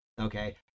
okay